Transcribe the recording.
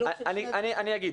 רגע, אני אגיד.